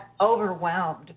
overwhelmed